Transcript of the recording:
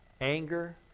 anger